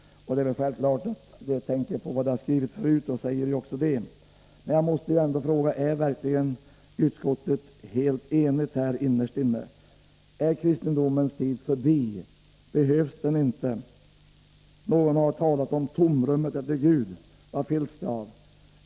Det är självklart att man tänker på vad man har skrivit förut och säger också det. Men jag måste ändå fråga: Är verkligen utskottet innerst inne helt enigt? Är kristendomens tid förbi, behövs den inte? Någon har talat om tomrummet efter Gud. Vad fylls det av?